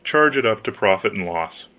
charge it up to profit and loss.